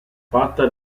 fatta